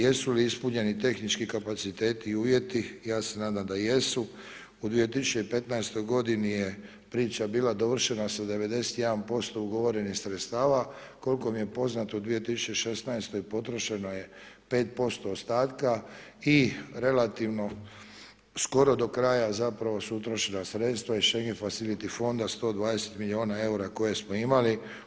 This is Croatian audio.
Jesu li ispunjeni tehnički kapaciteti i uvjeti, ja se nadam da jesu, u 2015. godini je priča bila dovršena sa 91% ugovorenih sredstava, koliko mi je poznato u 2016. potrošeno je 5% ostatka i relativno skoro do kraja, zapravo su utrošena sredstva iz Schengen facility fonda 121 miliona eura koje smo imali.